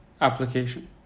application